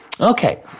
Okay